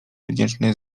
wdzięczny